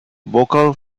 vocal